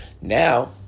Now